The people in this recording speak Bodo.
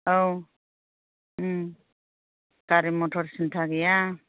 औ गारि मथर सिन्था गैया